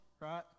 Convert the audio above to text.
right